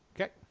Okay